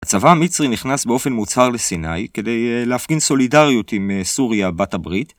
הצבא המצרי נכנס באופן מוצהר לסיני, כדי להפגין סולידריות עם סוריה בת הברית